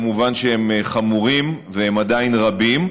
כמובן שזה חמור והם עדיין רבים,